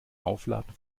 aufladen